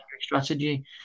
strategy